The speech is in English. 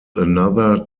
another